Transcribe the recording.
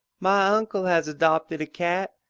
my unkle has adopted a cat.